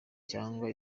cyangwa